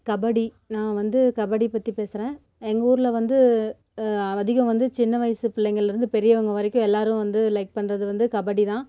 கபடி நான் வந்து கபடி பற்றி பேசுகிறேன் எங்கள் ஊரில் வந்து அதிகம் வந்து சின்ன வயசு பிள்ளைங்கள்லருந்து பெரியவங்க வரைக்கும் எல்லாரும் வந்து லைக் பண்ணுறது வந்து கபடி தான்